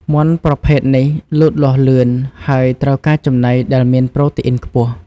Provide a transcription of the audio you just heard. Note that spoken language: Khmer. មាន់ប្រភេទនេះលូតលាស់លឿន ហើយត្រូវការចំណីដែលមានប្រូតេអ៊ីនខ្ពស់។